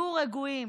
תהיו רגועים,